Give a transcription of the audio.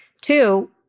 Two